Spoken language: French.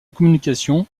communication